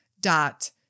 dot